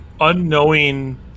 unknowing